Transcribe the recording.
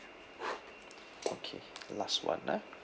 okay the last one ah